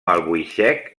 albuixec